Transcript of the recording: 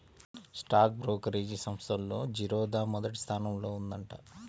stock brokerage సంస్థల్లో జిరోదా మొదటి స్థానంలో ఉందంట